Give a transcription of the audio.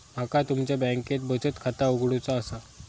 माका तुमच्या बँकेत बचत खाता उघडूचा असा?